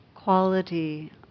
quality